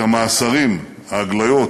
את המאסרים, ההגליות,